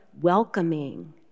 welcoming